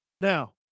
Now